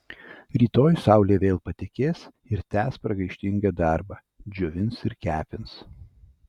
rytoj saulė vėl patekės ir tęs pragaištingą darbą džiovins ir kepins